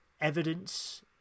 evidence